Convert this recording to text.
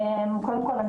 וקודם כול,